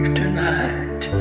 tonight